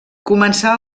començà